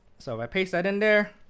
so i paste that in there.